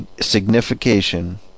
signification